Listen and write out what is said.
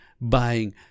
buying